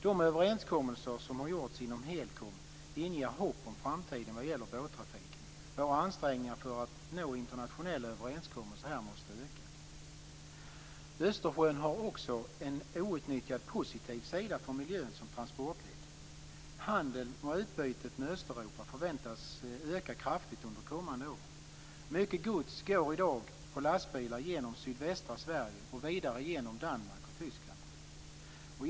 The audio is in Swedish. De överenskommelser som har gjorts inom HELCOM inger hopp om framtiden vad det gäller båttrafiken. Våra ansträngningar för att nå internationella överenskommelser här måste öka. Östersjön har också som transportled en outnyttjad sida som är positiv för miljön. Handeln och utbytet med Östeuropa förväntas öka kraftigt under kommande år. Mycket gods går i dag på lastbilar genom sydvästra Sverige och vidare genom Danmark och Tyskland.